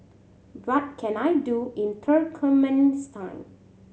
what can I do in Turkmenistan